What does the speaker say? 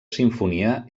simfonia